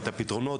את הפתרונות,